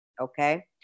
okay